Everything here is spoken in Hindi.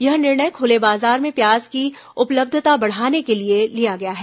यह निर्णय खुले बाजार में प्याज की उपलब्यता बढ़ाने के लिए लिया गया है